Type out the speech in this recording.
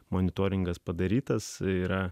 monitoringas padarytas yra